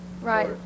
Right